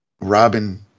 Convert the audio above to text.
Robin